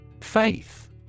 Faith